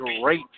great